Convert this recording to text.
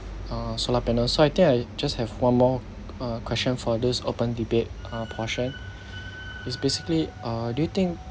uh solar panel so I think I just have one more uh question for this open debate uh portion it's basically uh do you think